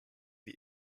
wie